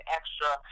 extra